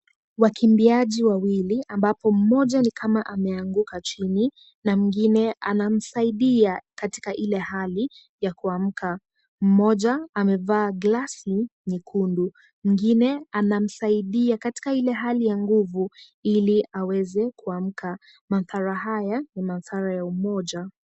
Wakimbiaji wawili ambapo mmoja ni kama ameanguka chini na mwingine ana msaidia katika ile hali ya kuamka. Mmoja amevaa glasi nyekundu, mwingine anamsaidia katika ile hali ya nguvu ili aweze kuamka. Mathara haya ni mathara ya umoja.